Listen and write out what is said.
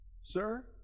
sir